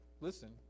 listen